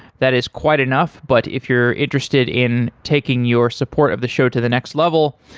that is quite enough, but if you're interested in taking your support of the show to the next level,